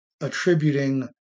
attributing